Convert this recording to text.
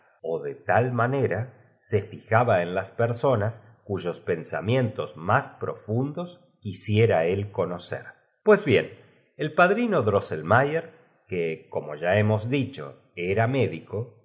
llamaban tal manera se fijaba en las personas cuyos drosselmayer pensamientos más profundos quisiera él es necesario que os haga en dos pala conocer bras el rctrato de ese ilustte personaje que pues bien el padrino drosselmayer en la ciudad de nuremberg ocupaba una que como ya hemos dicho era médico